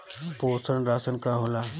पोषण राशन का होला?